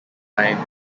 time